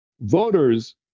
voters